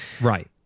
Right